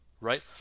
right